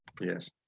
yes